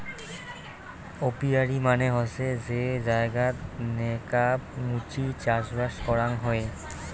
apiary মানে হসে যে জায়গাত নেকাব মুচি চাষবাস করাং হই